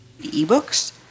Ebooks